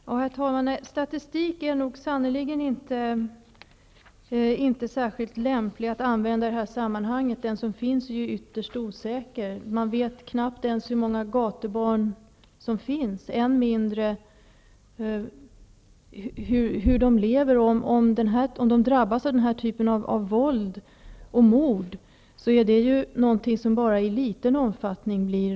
Herr talman! Statistik är sannerligen inte särskilt lämpligt att använda i det här sammanhanget. Den som finns är ju ytterst osäker. Man vet knappt hur många gatubarn som finns, än mindre hur de lever. Om de drabbas av den här typen av våld och mord blir det ju bara registrerat i liten omfattning.